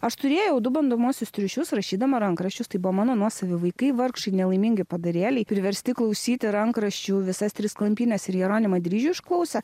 aš turėjau du bandomuosius triušius rašydama rankraščius tai buvo mano nuosavi vaikai vargšai nelaimingi padarėliai priversti klausyti rankraščių visas tris klampynes ir jeronimą dryžių išklausė